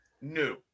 new